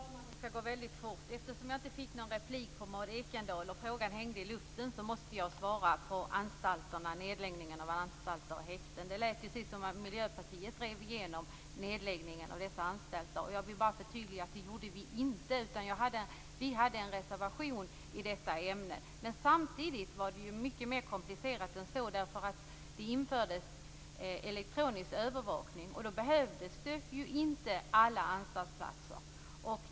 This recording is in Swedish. Fru talman! Det skall gå väldigt fort. Eftersom jag inte fick någon replik på Maud Ekendahl och frågan hängde i luften måste jag få svara på frågan om nedläggning av anstalter och häkten. Det lät precis som att Miljöpartiet drev igenom nedläggningen av dessa anstalter, och jag vill bara förtydliga genom att säga att vi inte gjorde det. Vi hade en reservation i detta ämne. Det var samtidigt mycket mer komplicerat än så. Elektronisk övervakning infördes, och då behövdes inte alla anstaltsplatser.